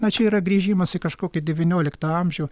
na čia yra grįžimas į kažkokį devynioliktą amžių